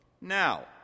Now